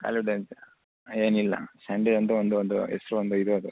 holiday ಅಂತೆ ಹಾಂ ಏನಿಲ್ಲ ಸಂಡೆ ಒಂದು ಒಂದು ಒಂದು ಎಷ್ಟು ಒಂದು ಇದು ಅದು